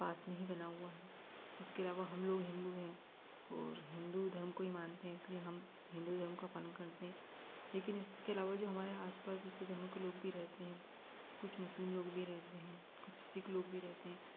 पास में ही बना हुआ है इसके अलावा हम लोग हिंदू हैं और हिंदू धर्म को ही मानते हैं इसलिए हम हिंदू धर्म का पालन करते हैं लेकिन इसके अलावा जो हमारे आसपास दूसरे धर्म के भी लोग रहते हैं कुछ मुस्लिम लोग भी रहते हैं कुछ सिख लोग भी रहते हैं